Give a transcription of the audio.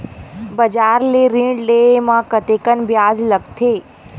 बजार ले ऋण ले म कतेकन ब्याज लगथे?